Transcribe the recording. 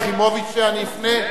ליחימוביץ אני אפנה,